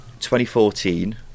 2014